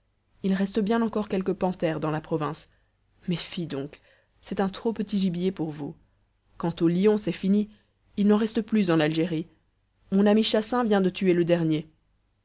il reste bien encore quelques panthères dans la province mais fi donc c'est un trop petit gibier pour vous quant aux lions c'est fini il n'en reste plus en algérie mon ami chassaing vient de tuer le dernier